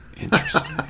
Interesting